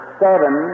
seven